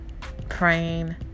praying